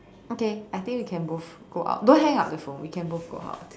okay I think we can both go out don't hang up the phone we can both go out